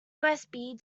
usb